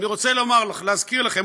אני רוצה להזכיר לכם,